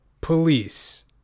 Police